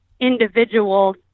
individual